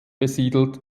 besiedelt